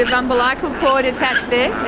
umbilical cord attached there.